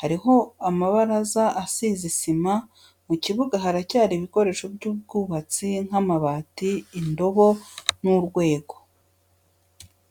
hariho amabaraza asize isima mu kibuga haracyari ibikoresho by'ubwubatsi nk'amabati indobo n'urwego.